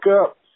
up